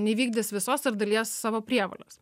neįvykdys visos ar dalies savo prievolės